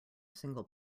single